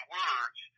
words